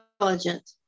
intelligent